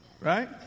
right